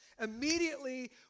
Immediately